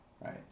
right